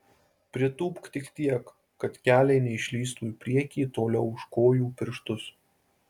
pritūpk tik tiek kad keliai neišlįstų į priekį toliau už kojų pirštus